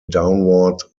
downward